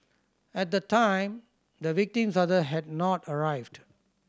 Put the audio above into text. at the time the victim's father had not arrived